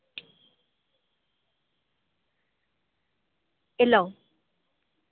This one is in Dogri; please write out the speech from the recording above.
एह् लाओ